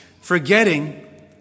forgetting